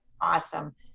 awesome